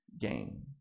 gain